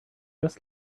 just